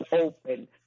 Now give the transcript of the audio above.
open